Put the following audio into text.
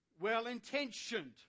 well-intentioned